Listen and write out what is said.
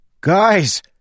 Guys